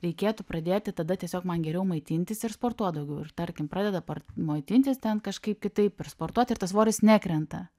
reikėtų pradėti tada tiesiog man geriau maitintis ir sportuot daugiau ir tarkim pradeda maitintis ten kažkaip kitaip ir sportuot ir tas svoris nekrenta